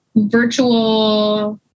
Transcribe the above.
virtual